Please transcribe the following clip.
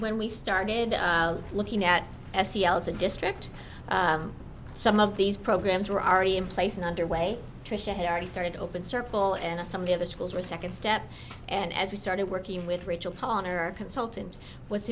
when we started looking at s t l as a district some of these programs were already in place and underway tricia had already started to open circle and some of the other schools were second step and as we started working with rachael kohn or consultant what's